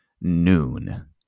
noon